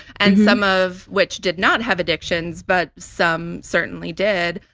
and some of which did not have addictions, but some certainly did.